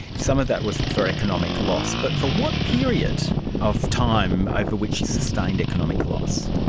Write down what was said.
some of that was for economic loss, but for what period of time over which he sustained economic loss?